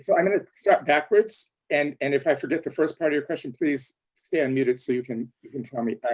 so i'm going to start backwards. and and if i forget the first part of your question, please stay unmuted so you can you can tell me?